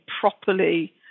properly